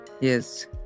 yes